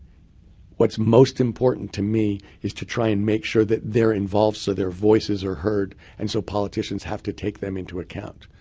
what's most important to me is to try and make sure that they're involved so their voices are heard and so politicians have to take them into account.